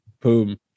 boom